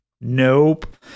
Nope